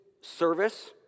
service